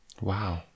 Wow